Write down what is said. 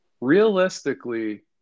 Realistically